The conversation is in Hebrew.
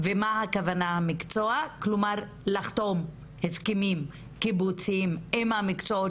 כלומר לחתום הסכמים קיבוציים עם המקצועות